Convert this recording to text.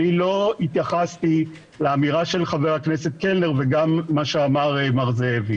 לא התייחסתי לאמירה של חבר הכנסת קלנר וגם למה שאמר מר זאבי.